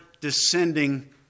descending